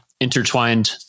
intertwined